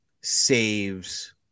saves